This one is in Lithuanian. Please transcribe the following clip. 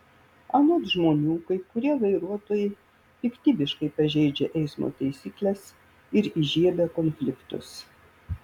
anot žmonių kai kurie vairuotojai piktybiškai pažeidžia eismo taisykles ir įžiebia konfliktus